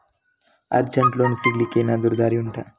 ಅರ್ಜೆಂಟ್ಗೆ ಲೋನ್ ಸಿಗ್ಲಿಕ್ಕೆ ಎನಾದರೂ ದಾರಿ ಉಂಟಾ